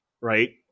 right